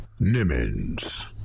Nimmons